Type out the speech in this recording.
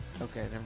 Okay